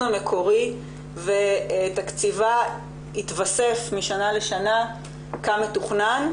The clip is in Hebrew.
המקורי ותקציבה יתווסף משנה לשנה כמתוכנן,